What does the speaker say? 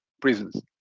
prisons